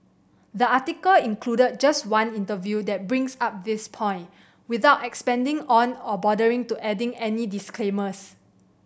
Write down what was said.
the article included just one interview that brings up this point without expanding on or bothering to adding any disclaimers